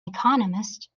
economist